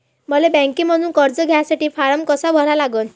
मले बँकेमंधून कर्ज घ्यासाठी फारम कसा भरा लागन?